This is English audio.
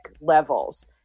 levels